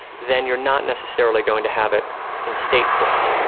then you're not necessarily going to have it in state courts.